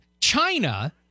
China